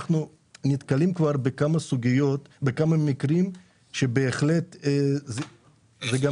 אנחנו נתקלים כבר בכמה מקרים שבהחלט זה גם